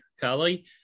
Kelly